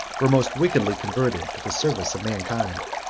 were most wickedly converted to the service of mankind.